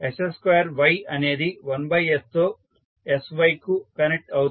s2Y అనేది 1s తో sY కు కనెక్ట్ అవుతుంది